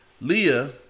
Leah